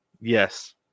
yes